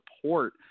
support